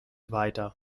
weiter